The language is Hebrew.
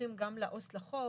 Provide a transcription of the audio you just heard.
מדווחים גם לעו"ס לחוק,